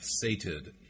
sated